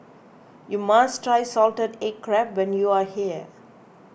you must try Salted Egg Crab when you are here